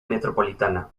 metropolitana